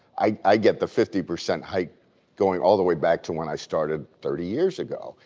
i get the fifty percent hike going all the way back to when i started thirty years ago.